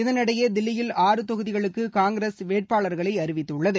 இதனிடையே தில்லியில் ஆறு தொகுதிகளுக்கு காங்கிரஸ் வேட்பாளர்களை அறிவித்துள்ளது